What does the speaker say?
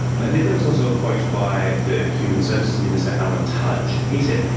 and then there was also a quote by the human services minister alan tudge, and he said,